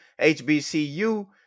HBCU